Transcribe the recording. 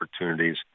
opportunities